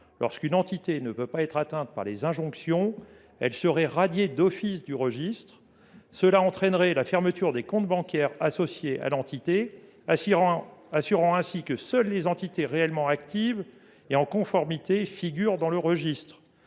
: une entité ne pouvant pas être atteinte par les injonctions serait radiée d’office du registre. Cela entraînerait la fermeture des comptes bancaires associés à l’entité, assurant ainsi que seules les entités réellement actives et en conformité figurent dans le registre.